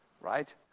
Right